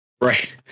Right